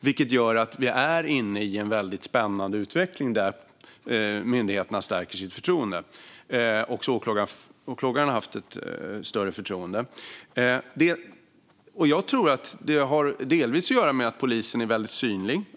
Vi är alltså inne i en spännande utveckling där myndigheterna stärker sitt förtroende. Också Åklagarmyndigheten har fått större förtroende. Jag tror att detta delvis har att göra med att polisen är väldigt synlig.